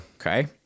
Okay